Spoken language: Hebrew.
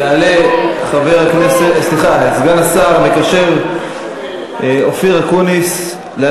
את השאלה הזאת העלה גם שר האוצר לפיד, זה